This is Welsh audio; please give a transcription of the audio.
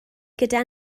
gyda